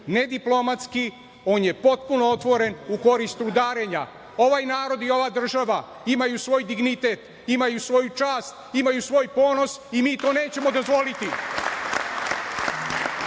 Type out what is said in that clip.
nediplomatski, on je potpuno otvoren u korist rudarenja, ovaj narod i ova država imaju svoj dignitet, imaju svoju čast, imaju svoj ponos i mi to nećemo dozvoliti.